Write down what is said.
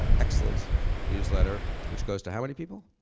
ah excellent newsletter. which goes to how many people?